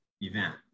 event